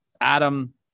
adam